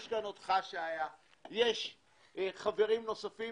יש כאן אותך שהיית,